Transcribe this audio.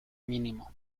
mínimo